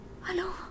Hello